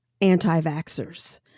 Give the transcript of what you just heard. anti-vaxxers